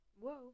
whoa